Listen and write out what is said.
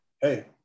hey